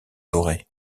dorée